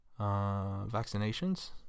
vaccinations